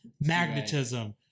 magnetism